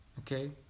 okay